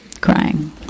crying